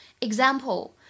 example